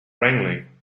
wrangling